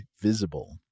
Visible